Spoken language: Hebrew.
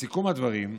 לסיכום הדברים,